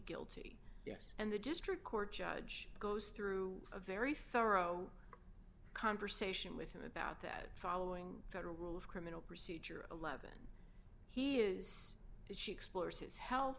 guilty yes and the district court judge goes through a very thorough conversation with him about that following federal rule of criminal procedure eleven he is it she explores his health